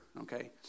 okay